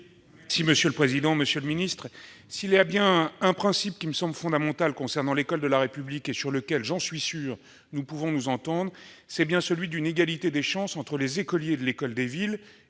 Monsieur le secrétaire d'État, s'il y a un principe qui me semble fondamental concernant l'école de la République et sur lequel, j'en suis sûr, nous pouvons nous entendre, c'est bien celui d'une égalité des chances entre les écoliers de l'école des villes